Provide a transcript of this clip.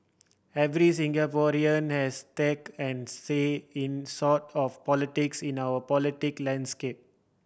every Singaporean has stake and say in sort of politics in our politic landscape